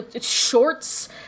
shorts